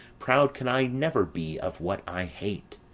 proud can i never be of what i hate,